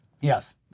Yes